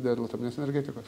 dėl atominės energetikos